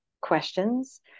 questions